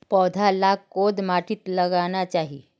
पौधा लाक कोद माटित लगाना चही?